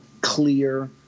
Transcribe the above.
clear